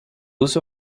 uso